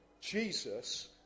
Jesus